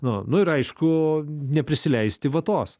nu nu ir aišku neprisileisti vatos